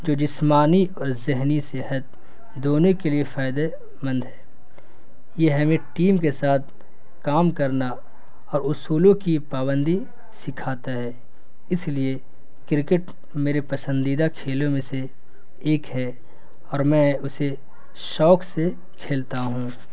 جو جسمانی اور ذہنی صحت دونوں کے لیے فائدے مند ہے یہ ہمیں ٹیم کے ساتھ کام کرنا اور اصولوں کی پابندی سکھاتا ہے اس لیے کرکٹ میرے پسندیدہ کھیلوں میں سے ایک ہے اور میں اسے شوق سے کھیلتا ہوں